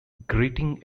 grating